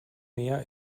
meer